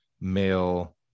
male